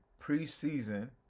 preseason